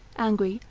angry,